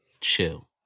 Chill